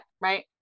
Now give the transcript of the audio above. right